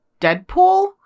deadpool